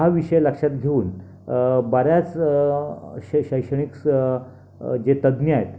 हा विषय लक्षात घेऊन बऱ्याच शै शैक्षणिक स जे तज्ज्ञ आहेत